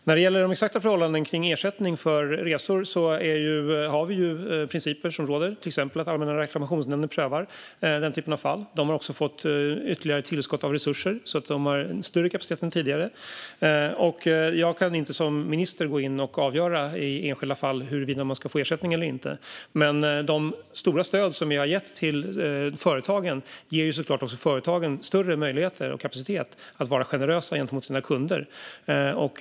När det gäller de exakta förhållandena kring ersättning för resor har vi principer som råder, till exempel att Allmänna reklamationsnämnden prövar den typen av fall. De har också fått ytterligare tillskott av resurser så att de har större kapacitet än tidigare. Jag kan inte som minister gå in och avgöra i enskilda fall huruvida man ska få ersättning eller inte, men de stora stöd som vi har gett till företagen ger såklart också företagen större möjligheter och kapacitet att vara generösa gentemot sina kunder.